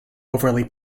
overly